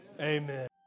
Amen